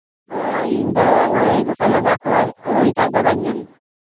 ᱚ ᱤᱧᱫᱚ ᱱᱚᱜᱼᱚᱭ ᱜᱳᱥᱟᱞ ᱰᱟᱝᱜᱟ ᱠᱷᱚᱡ ᱨᱳᱦᱤᱛ ᱟᱡ ᱵᱟᱵᱟᱧ ᱢᱮᱱ ᱮᱫᱟ